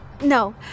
No